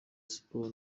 siporo